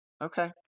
okay